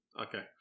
Okay